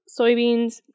Soybeans